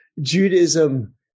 Judaism